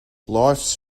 lifes